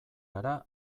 gara